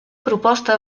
proposta